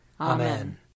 Amen